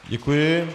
Děkuji.